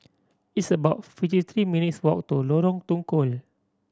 it's about fifty three minutes' walk to Lorong Tukol